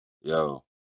yo